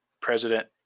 President